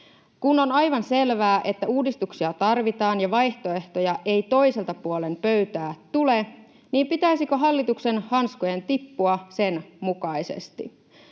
Kun on aivan selvää, että uudistuksia tarvitaan ja vaihtoehtoja ei toiselta puolen pöytää tule, niin pitäisikö hallituksen hanskojen tippua sen mukaisesti?